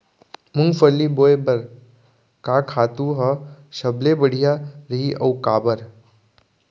मूंगफली बोए बर का खातू ह सबले बढ़िया रही, अऊ काबर?